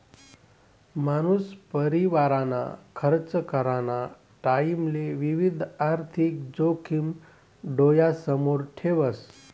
मानूस परिवारना खर्च कराना टाईमले विविध आर्थिक जोखिम डोयासमोर ठेवस